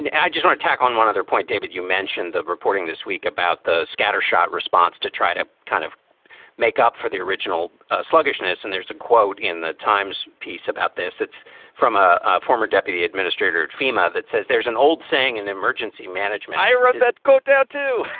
and and i just want tack on one other point, david, you mentioned of reporting this week about the scattershot response to try to kind of make up for the original sluggishness. and there's a quote in the times piece about this. it's from a former deputy administrator at fema that says there's an old saying in emergency management i wrote that got out, too.